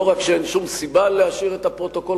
לא רק שאין שום סיבה להשאיר את הפרוטוקול